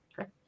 okay